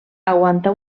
aguanta